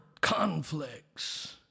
conflicts